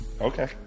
okay